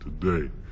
today